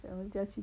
讲人家去